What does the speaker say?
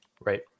Right